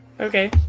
Okay